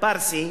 פרסי,